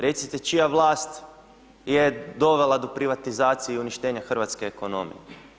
Recite čija vlast je dovela do privatizacije i uništenja hrvatske ekonomije?